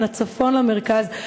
בין הצפון למרכז,